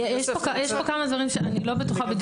יש כאן כמה דברים שאני לא בטוחה.